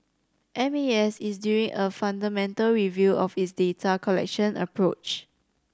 M A S is doing a fundamental review of its data collection approach